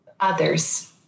others